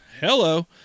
hello